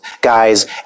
guys